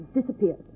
disappeared